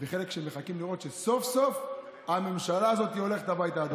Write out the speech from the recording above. וחלק שמחכים לראות שסוף-סוף הממשלה הזאת הולכת הביתה,